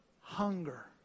hunger